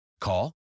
Call